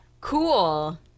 cool